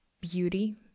beauty